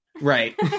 right